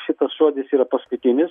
šitas žodis yra paskutinis